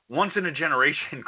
once-in-a-generation